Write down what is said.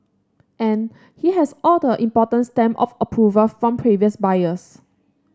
and he has all the importance stamp of approval from previous buyers